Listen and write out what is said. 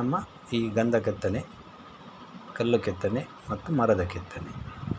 ನಮ್ಮ ಈ ಗಂಧ ಕೆತ್ತನೆ ಕಲ್ಲು ಕೆತ್ತನೆ ಮತ್ತು ಮರದ ಕೆತ್ತನೆ